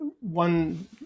one